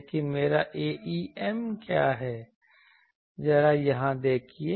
लेकिन मेरा Aem क्या है जरा यहां देखिए